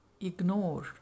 ignore